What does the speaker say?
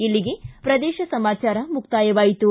ಇಲ್ಲಿಗೆ ಪ್ರದೇಶ ಸಮಾಚಾರ ಮುಕ್ತಾಯವಾಯಿತು